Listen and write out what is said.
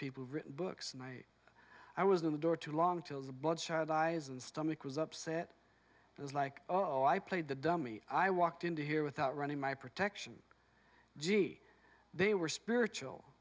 written books and i i was in the door too long till the bloodshot eyes and stomach was upset it was like oh i played the dummy i walked into here without running my protection gee they were spiritual